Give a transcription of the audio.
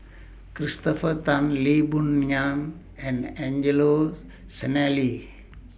Christopher Tan Lee Boon Ngan and Angelo Sanelli